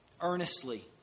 earnestly